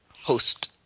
Host